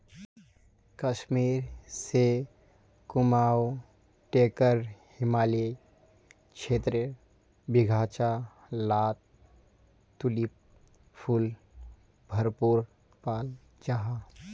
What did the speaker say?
कश्मीर से कुमाऊं टेकर हिमालयी क्षेत्रेर बघिचा लात तुलिप फुल भरपूर पाल जाहा